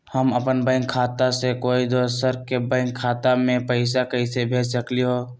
हम अपन बैंक खाता से कोई दोसर के बैंक खाता में पैसा कैसे भेज सकली ह?